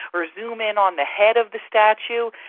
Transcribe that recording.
or zoom in on the head of the statue.